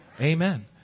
Amen